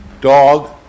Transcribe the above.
Dog